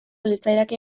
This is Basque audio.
litzaidake